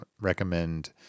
recommend